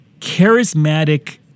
charismatic